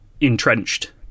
entrenched